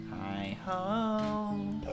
Hi